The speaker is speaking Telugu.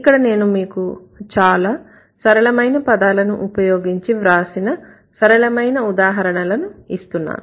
ఇక్కడ నేను మీకు చాలా సరళమైన పదాలను ఉపయోగించి వ్రాసిన సరళమైన ఉదాహరణలను ఇస్తున్నాను